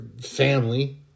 family